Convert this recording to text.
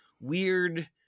weird